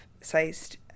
sized